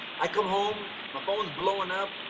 i come home, my phone's blowing up,